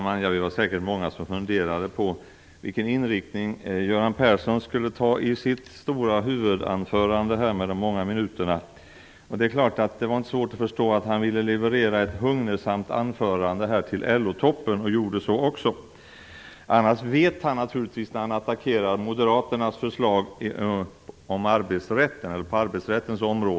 Fru talman! Vi var säkert många som funderade på vilken inriktning Göran Persson skulle ha på sitt stora huvudanförande med de många minuterna. Det var inte svårt att förstå att han ville leverera ett hugnesamt anförande till LO-toppen, och han gjorde så också. Annars vet han naturligtvis när han attackerar moderaternas förslag på arbetsrättens område att dilemmat inte finns där.